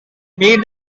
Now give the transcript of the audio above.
meet